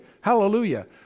hallelujah